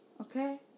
Okay